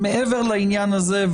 מעבר לעניין הזה,